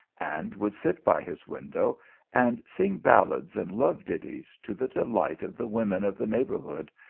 and would sit by his window and sing ballads and love-ditties to the de light of the women of the neighbourhood,